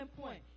point